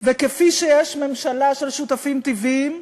וכפי שיש ממשלה של שותפים טבעיים,